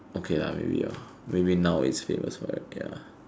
okay lah maybe hor maybe now it's famous for it ya